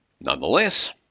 Nonetheless